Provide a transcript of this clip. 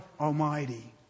Almighty